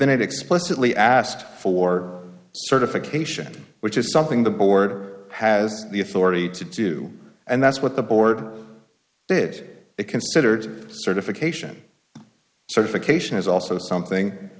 within it explicitly asked for certification which is something the board has the authority to do and that's what the board did it considered certification certification is also something